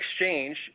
exchange